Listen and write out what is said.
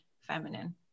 feminine